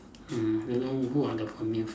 mm don't know who are the familiar